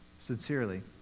sincerely